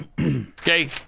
Okay